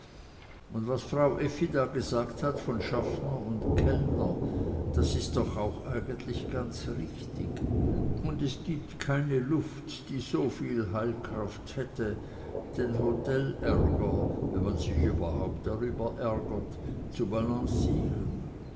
und was frau effi da gesagt hat von schaffner und kellner das ist doch auch eigentlich ganz richtig und es gibt keine luft die so viel heilkraft hätte den hotelärger wenn man sich überhaupt darüber ärgert zu balancieren